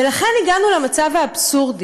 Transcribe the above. ולכן הגענו למצב האבסורדי